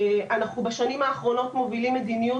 בשנים האחרונות אנחנו מובילים מדיניות